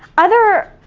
other,